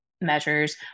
measures